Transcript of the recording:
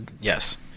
yes